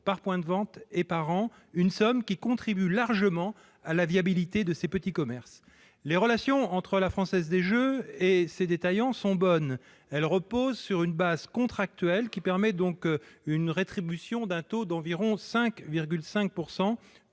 par point de vente et par an, une somme qui contribue largement à la viabilité de ces petits commerces. Les relations entre la Française des jeux et ses détaillants reposent sur une base contractuelle qui permet une rétribution à hauteur d'un taux d'environ 5,5